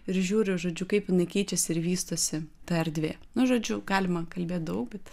ir žiūriu žodžiu kaip jinai keičiasi ir vystosi ta erdvė nu žodžiu galima kalbėt daug bet